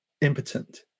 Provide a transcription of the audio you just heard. impotent